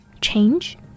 Change